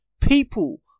People